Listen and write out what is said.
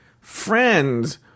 friends